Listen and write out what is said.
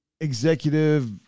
executive